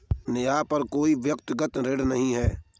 नेहा पर कोई भी व्यक्तिक ऋण नहीं है